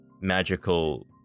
magical